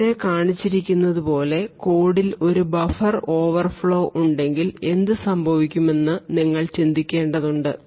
ഇവിടെ കാണിച്ചിരിക്കുന്നതുപോലെ കോഡിൽ ഒരു ബഫർ ഓവർഫ്ലോ ഉണ്ടെങ്കിൽ എന്ത് സംഭവിക്കുമെന്ന് നിങ്ങൾ ചിന്തിക്കേണ്ടതുണ്ട്